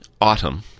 autumn